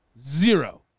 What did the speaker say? zero